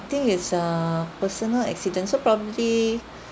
I think it's err personal accident so probably